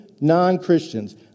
non-Christians